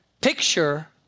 picture